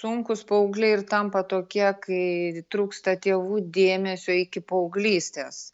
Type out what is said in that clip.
sunkūs paaugliai ir tampa tokie kai trūksta tėvų dėmesio iki paauglystės